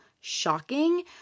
shocking